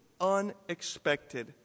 unexpected